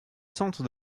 centres